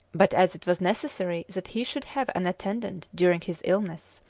but, as it was necessary that he should have an attendant during his illness,